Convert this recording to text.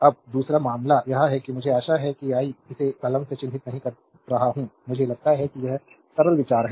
अब दूसरा मामला यह है कि मुझे आशा है कि आई इसे कलम से चिह्नित नहीं कर रहा हूं मुझे लगता है कि यह सरल विचार है